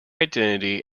identity